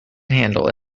handle